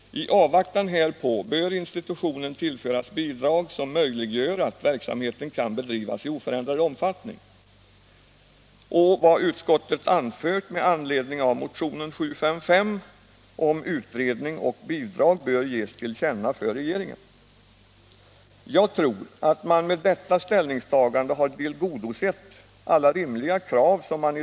I avvaktan härpå bör institutionen till Anslag till allmänna föras bidrag som möjliggör att verksamheten kan bedrivas i oförändrad = kulturändamål, omfattning. Vad utskottet anfört med anledning av motionen 755 om om.m. utredning och bidrag bör ges regeringen till känna. Jag tror att man med detta ställningstagande har tillgodosett alla rimliga krav.